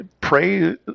pray